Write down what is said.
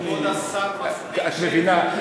את מבינה,